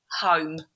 home